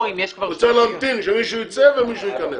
הצטרך להמתין שמישהו ייצא ומישהו ייכנס.